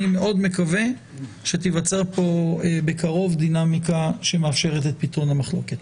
אני מאוד מקווה שתיווצר פה בקרוב דינמיקה שמאפשרת את פיתרון המחלוקת.